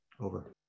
over